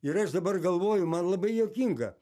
ir aš dabar galvoju man labai juokinga